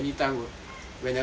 whenever I want ah